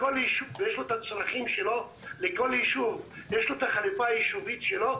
לכל יישוב יש את הצרכים שלו ואת החליפה היישובית שלו,